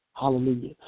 Hallelujah